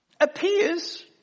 appears